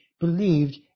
believed